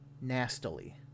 nastily